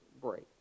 break